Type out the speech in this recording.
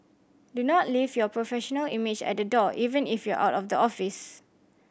do not leave your professional image at the door even if you are out of the office